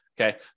Okay